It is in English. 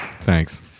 Thanks